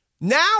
Now